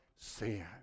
sin